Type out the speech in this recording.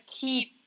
keep